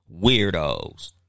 weirdos